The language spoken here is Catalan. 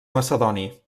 macedoni